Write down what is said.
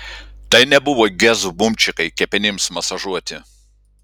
tai nebuvo gezų bumčikai kepenims masažuoti